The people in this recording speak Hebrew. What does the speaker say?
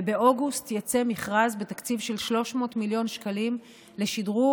ובאוגוסט יצא מכרז בתקציב של 300 מיליון שקלים לשדרוג,